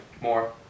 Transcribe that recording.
More